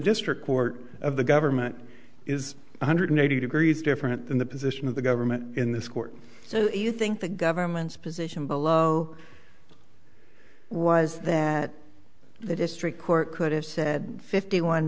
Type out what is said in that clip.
district court of the government is one hundred eighty degrees different than the position of the government in this court so you think the government's position below was that the district court could have said fifty one